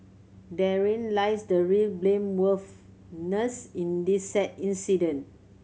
therein lies the real blameworthiness in this sad incident